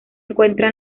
encuentra